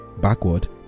backward